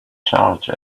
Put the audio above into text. charge